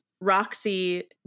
roxy